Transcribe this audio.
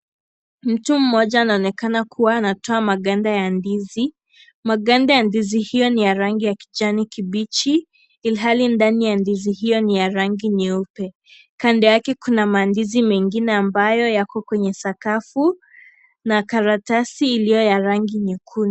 Mtu mmoja anaonekana kuwa anatoa maganda ya ndizi. Maganda ya ndizi hiyo ni ya rangi ya kijani kibichi ilhali ndani ya ndizi hiyo ni ya rangi nyeupe. Kando yake kuna mandizi mengine ambayo yako kwenye sakafu na karatasi iliyo ya rangi nyekundu.